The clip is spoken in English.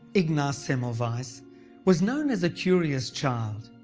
ignaz semmelweis was was known as a curious child.